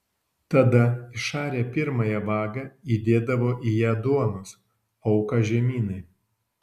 tada išarę pirmąją vagą įdėdavo į ją duonos auką žemynai